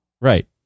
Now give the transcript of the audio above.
Right